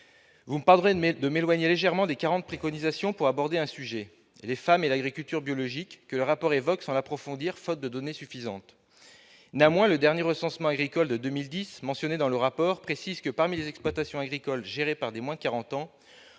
Vous me pardonnerez de m'éloigner légèrement des quarante préconisations pour aborder un autre sujet, celui des femmes et de l'agriculture biologique, que le rapport évoque sans l'approfondir, faute de données suffisantes. Néanmoins, le dernier recensement agricole de 2010, mentionné dans ce document, révèle que, parmi les exploitations agricoles gérées par des personnes de moins